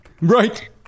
right